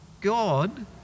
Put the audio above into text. God